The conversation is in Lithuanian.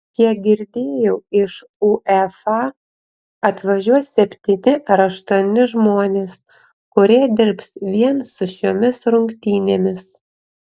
kiek girdėjau iš uefa atvažiuos septyni ar aštuoni žmonės kurie dirbs vien su šiomis rungtynėmis